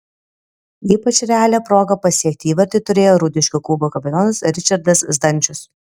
ypač realią progą pasiekti įvartį turėjo rūdiškių klubo kapitonas ričardas zdančius